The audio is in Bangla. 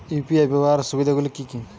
ইউ.পি.আই ব্যাবহার সুবিধাগুলি কি কি?